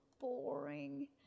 boring